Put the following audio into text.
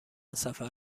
سفر